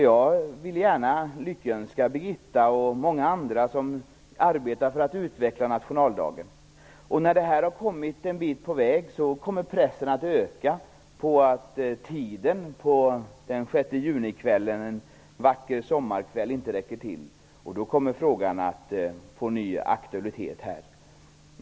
Jag vill gärna lyckönska Birgitta Wistrand och många andra som arbetar för att utveckla nationaldagen. När den utvecklingen har kommit en bit på väg kommer det att bli uppenbart att tiden den 6 junikvällen, en vacker sommarkväll, inte räcker till, och då kommer frågan att få ny aktualitet här.